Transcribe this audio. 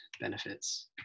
benefits